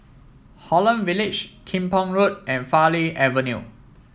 Holland Village Kim Pong Road and Farleigh Avenue